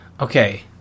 okay